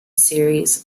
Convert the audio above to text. series